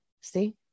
see